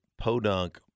podunk